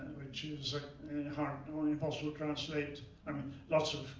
which is hard only possible to translate i mean, lots of